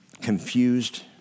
confused